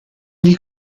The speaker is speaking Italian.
gli